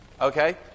Okay